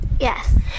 Yes